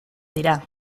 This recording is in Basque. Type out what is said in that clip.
dira